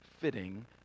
fitting